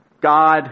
God